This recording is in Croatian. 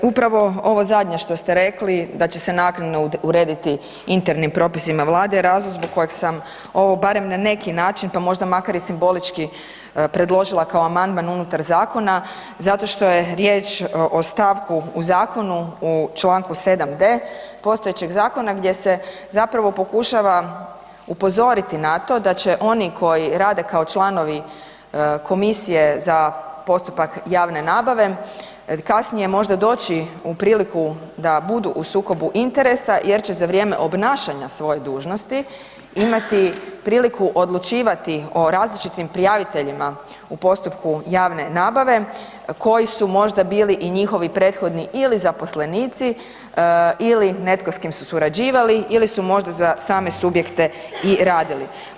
Dakle, upravo ovo zadnje što ste rekli, da će se naknadno urediti internim propisima Vlade je razlog zbog kojeg sam ovo barem na neki način pa možda makar i simbolički predložila kao amandman unutar zakona zato što je riječ o stavku u zakonu u čl. 7 d) postojećeg zakona gdje se zapravo pokušava upozoriti na to da će oni koji rade kao članovi komisije za postupak javne nabave, kasnije možda doći u priliku da budu u sukobu interesa jer će za vrijeme obnašanja svoje dužnosti imati priliku odlučivati o različitim prijaviteljima u postupku javne nabave koji su možda bili i njihovi prethodni ili zaposlenici ili netko s kim su surađivali ili su možda za same subjekte i radili.